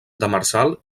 demersal